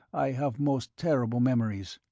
i have most terrible memories.